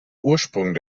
ursprung